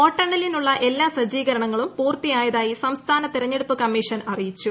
വോട്ടെണ്ണലിനുള്ള എല്ലാ സജ്ജീകരണങ്ങളും പൂർത്തിയായതായി സംസ്ഥാന തെരഞ്ഞെടുപ്പ് കമ്മീഷൻ അറിയിച്ചു